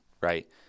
right